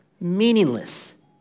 Meaningless